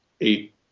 eight